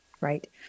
Right